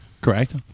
Correct